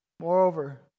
Moreover